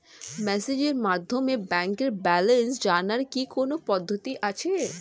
মেসেজের মাধ্যমে ব্যাংকের ব্যালেন্স জানার কি কোন পদ্ধতি আছে?